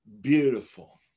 beautiful